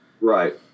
Right